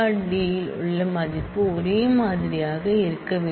D இல் உள்ள மதிப்பு ஒரே மாதிரியாக இருக்க வேண்டும்